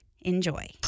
Enjoy